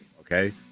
okay